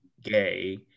gay